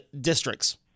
districts